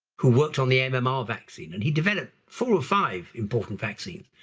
who worked on the m m r. vaccine and he developed four or five important vaccines.